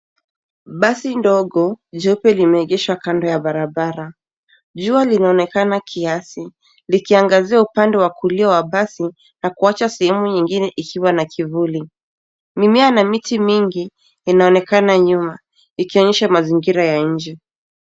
Basi dogo jeupe limeegeshwa kando ya barabara. Jua linaonekana kiasi, likiangazia upande wa kulia wa basi na kuacha sehemu nyingine ikiwa na kivuli. Mimea na miji mingi inaonekana nyuma, ikionyesha mazingira ya nje.